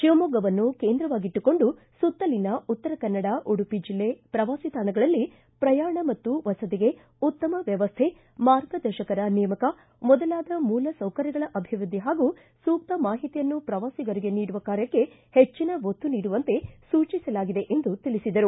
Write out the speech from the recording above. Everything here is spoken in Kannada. ಶಿವಮೊಗ್ಗವನ್ನು ಕೇಂದ್ರವಾಗಿಟ್ಟುಕೊಂಡು ಸುತ್ತಲಿನ ಉತ್ತರಕನ್ನಡ ಉಡುಪಿ ಜಿಲ್ಲೆಗಳ ಪ್ರವಾಸಿ ತಾಣಗಳಲ್ಲಿ ಪ್ರಯಾಣ ಮತ್ತು ವಸತಿಗೆ ಉತ್ತಮ ವ್ಯವಸ್ಥೆ ಮಾರ್ಗದರ್ಶಕರ ನೇಮಕ ಮೊದಲಾದ ಮೂಲ ಸೌಕರ್ಯಗಳ ಅಭಿವೃದ್ಧಿ ಮತ್ತು ಸೂಕ್ತ ಮಾಹಿತಿಯನ್ನು ಪ್ರವಾಸಿಗರಿಗೆ ನೀಡುವ ಕಾರ್ಯಕ್ಕೆ ಹೆಚ್ಚಿನ ಒತ್ತು ನೀಡುವಂತೆ ಸೂಚಿಸಲಾಗಿದೆ ಎಂದು ತಿಳಿಸಿದರು